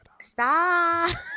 Stop